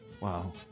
Wow